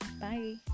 Bye